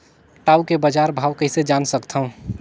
टाऊ के बजार भाव कइसे जान सकथव?